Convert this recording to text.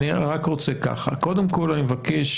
קודם כל אני מבקש,